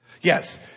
Yes